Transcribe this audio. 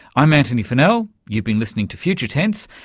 i'm antony funnell. you've been listening to future tense.